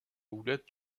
houlette